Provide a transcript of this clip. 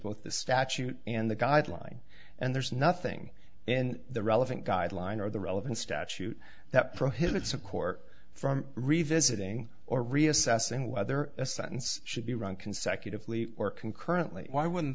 both the statute and the guideline and there's nothing in the relevant guideline or the relevant statute that prohibits a court from revisiting or reassessing whether a sentence should be run consecutively or concurrently why wouldn't